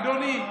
אדוני,